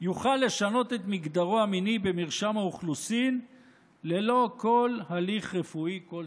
יוכל לשנות את מגדרו המיני במרשם האוכלוסין ללא כל הליך רפואי כלשהו.